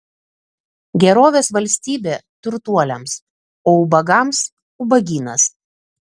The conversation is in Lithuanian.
gerovės valstybė turtuoliams o ubagams ubagynas